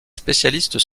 spécialistes